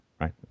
right